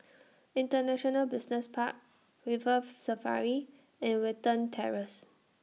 International Business Park River Safari and Watten Terrace